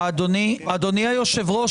אדוני היושב-ראש,